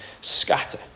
scatter